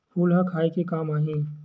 फूल ह खाये के काम आही?